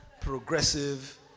Progressive